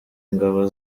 ingabo